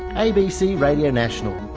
abc radio national.